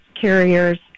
carriers